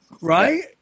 Right